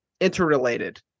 interrelated